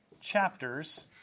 chapters